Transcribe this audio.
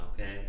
okay